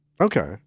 Okay